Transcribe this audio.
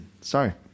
sorry